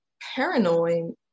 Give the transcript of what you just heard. paranoid